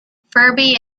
ferbey